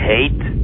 Hate